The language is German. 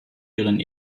deren